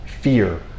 fear